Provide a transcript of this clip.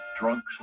drunks